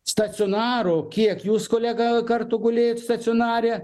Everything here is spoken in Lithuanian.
stacionaro kiek jūs kolega kartu gulėjot stacionare